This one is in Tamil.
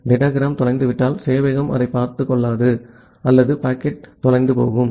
டேட்டாகிராம் தொலைந்துவிட்டால் சேவையகம் அதைப் பார்த்துக் கொள்ளாது அல்லது பாக்கெட் தொலைந்து போகும்